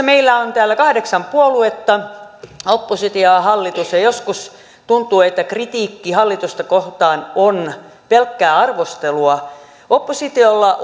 meillä on täällä eduskunnassa kahdeksan puoluetta oppositio ja hallitus ja ja joskus tuntuu että kritiikki hallitusta kohtaan on pelkkää arvostelua oppositiolla